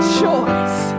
choice